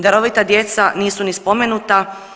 Darovita djeca nisu niti spomenuta.